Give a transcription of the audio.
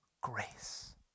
grace